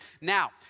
Now